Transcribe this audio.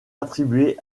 attribuée